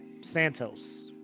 Santos